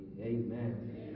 Amen